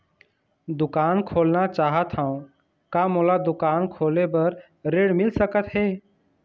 दुकान खोलना चाहत हाव, का मोला दुकान खोले बर ऋण मिल सकत हे?